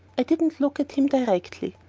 i didn't look at him directly,